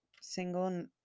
single